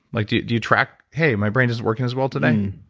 like do you do you track, hey my brain isn't working as well today?